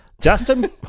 justin